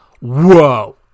Whoa